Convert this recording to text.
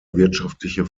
wirtschaftliche